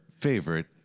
favorite